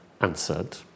answered